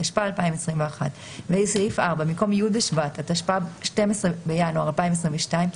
התשפ"א-2021 בסעיף 4 במקום "י' בשבט התשפ"ב (12 בינואר 2022)"